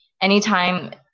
anytime